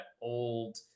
old